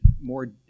more